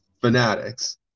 fanatics